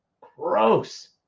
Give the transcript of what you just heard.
gross